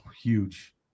huge